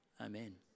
Amen